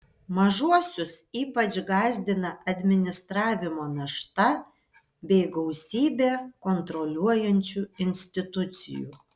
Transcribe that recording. mažuosius ypač gąsdina administravimo našta bei gausybė kontroliuojančių institucijų